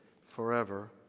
forever